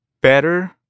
better